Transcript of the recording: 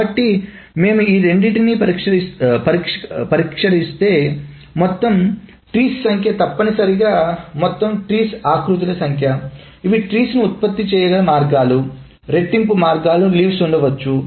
కాబట్టి మేము ఈ రెండింటిని పరిష్కరిస్తే మొత్తం ట్రీస్ సంఖ్య తప్పనిసరిగా మొత్తం ట్రీస్ ఆకృతీకరణల సంఖ్య ఇవి ట్రీస్ ను ఉత్పత్తి చేయగల మార్గాలు రెట్టింపు మార్గాలు లీవ్స్ ఉంచవచ్చు